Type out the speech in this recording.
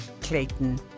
Clayton